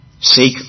Seek